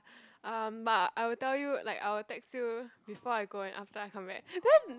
um but I will tell you like I will text you before I go and after I come back then